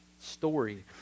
story